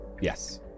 Yes